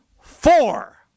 four